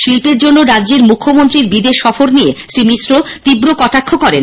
শিল্পের জন্য রাজ্যের মুখ্যমন্ত্রীর বিদেশ সফর নিয়ে শ্রী মিশ্র তীব্র কটাক্ষ করেন